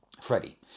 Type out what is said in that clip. Freddie